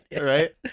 Right